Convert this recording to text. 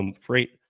freight